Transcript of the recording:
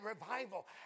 revival